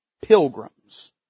pilgrims